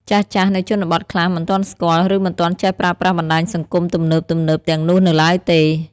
ចាស់ៗនៅជនបទខ្លះមិនទាន់ស្គាល់ ឬមិនទាន់ចេះប្រើប្រាស់បណ្ដាញសង្គមទំនើបៗទាំងនោះនៅឡើយទេ។